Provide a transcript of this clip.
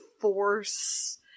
force